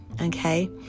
okay